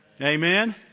Amen